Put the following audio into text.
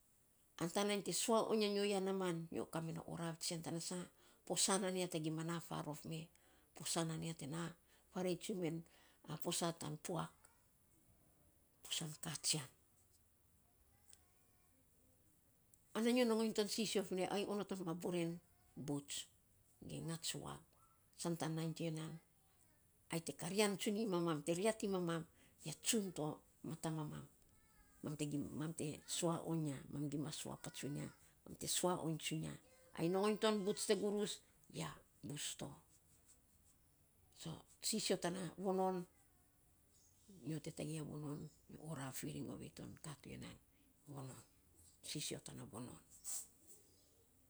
An tan nainy te sua oiny ya nyo ya namaan, nyo kame na orav tsian tana sa posa nan ya gima na faarof me, posaa nan ya te na farei tsun men poaa nan puak. posaan katsian. ana nyo nongon ton sisio vinei, ainy onot of mas boren buts ge ngats vag san tan nainy tsun to ya nan ai te karian iny mamam te riat iny mamam, ya tsun to mata mamam. mam te sua oing ya ai te nongon tsun buts te gurus ya bus to so sisio tana vonon nyo te tagei a vonon nyo oraf firing ovei to ka to ya nan. Vonon, sisio tana vovon.